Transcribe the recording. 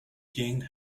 king